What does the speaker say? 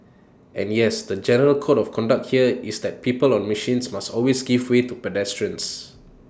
and yes the general code of conduct here is that people on machines must always give way to pedestrians